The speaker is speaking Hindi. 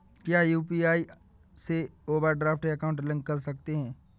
क्या यू.पी.आई से ओवरड्राफ्ट अकाउंट लिंक कर सकते हैं?